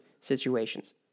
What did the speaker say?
situations